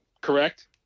Correct